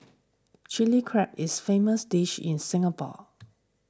Chilli Crab is famous dish in Singapore